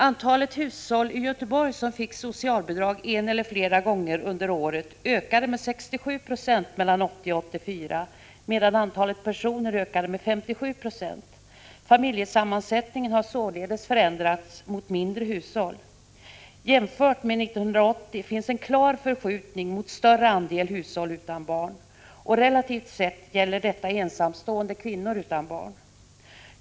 Antalet hushåll i Göteborg som fick socialbidrag en eller flera gånger under året ökade med 67 96 åren 1980-1984, medan antalet personer ökade med 57 Jo. Familjesammansättningen har således förändrats mot mindre hushåll. Jämfört med 1980 finns en klar förskjutning mot större andel hushåll utan barn. Relativt sett gäller detta ensamstående kvinnor utan barn.